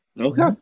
Okay